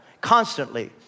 constantly